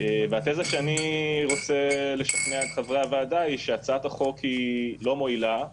התיזה שבה אני רוצה לשכנע את חברי הוועדה היא שהצעת החוק לא מועילה,